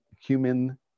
human